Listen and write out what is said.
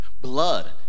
Blood